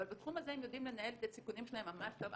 אבל בתחום הזה הם יודעים לנהל את הסיכונים שלהם ממש טוב.